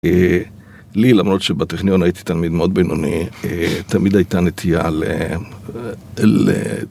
לי, למרות שבטכניון הייתי תלמיד מאוד בינוני, תמיד הייתה נטייה ל...